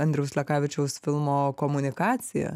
andriaus lekavičiaus filmo komunikacija